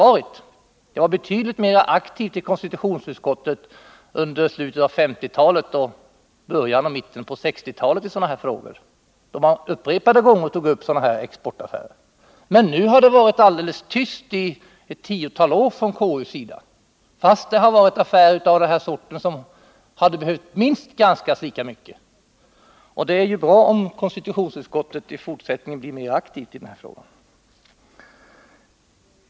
Konstitutionsutskottet var tydligen mera aktivt under slutet av 1950-talet och under början och mitten av 1960-talet, då man upprepade gånger tog upp sådana här exportaffärer. Nu har det varit alldeles tyst från KU:s håll i ett tiotal år, fastän det förekommit affärer av motsvarande slag som minst lika mycket hade förtjänat att granskas. Men det är ju bra om konstitutionsutskottet i fortsättningen blir mera aktivt i denna fråga.